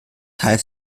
half